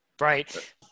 Right